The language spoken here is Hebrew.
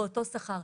באותו שכר,